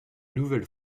nouvelle